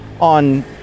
on